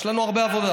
יש לנו הרבה עבודה.